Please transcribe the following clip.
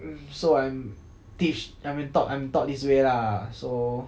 mm so I'm teach I'm taught I'm taught this way lah so